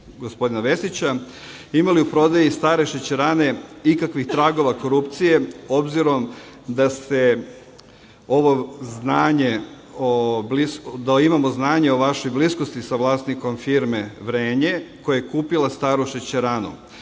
Vesića – ima li u prodaji stare „Šećerane“ ikakvih tragova korupcije, obzirom da imamo znanje o vašoj bliskosti sa vlasnikom firme „Vrenje“ koja je kupila staru